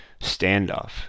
standoff